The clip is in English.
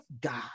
God